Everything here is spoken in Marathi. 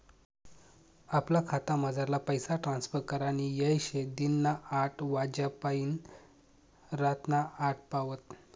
आपला खातामझारला पैसा ट्रांसफर करानी येय शे दिनना आठ वाज्यापायीन रातना आठ पावत